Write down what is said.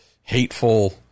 hateful